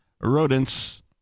rodents